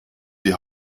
die